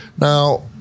Now